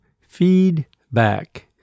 feedback